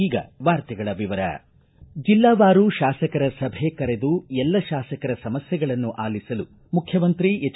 ಈಗ ವಾರ್ತೆಗಳ ವಿವರ ಜಿಲ್ಲಾವಾರು ತಾಸಕರ ಸಭೆ ಕರೆದು ಎಲ್ಲ ತಾಸಕರ ಸಮಸ್ಥೆಗಳನ್ನು ಆಲಿಸಲು ಮುಖ್ಯಮಂತ್ರಿ ಎಚ್